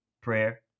prayer